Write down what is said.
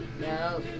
No